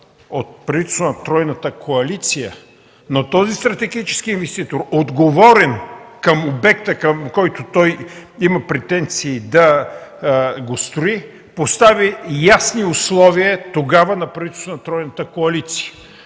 от правителството на тройната коалиция, но този стратегически инвеститор, отговорен към обекта, който има претенции да строи, тогава постави ясни условия на правителството на тройната коалиция,